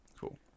Cool